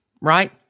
right